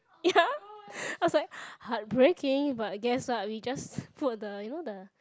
ya I was like heartbreaking but I guess what we just put the you know the